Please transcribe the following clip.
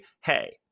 hey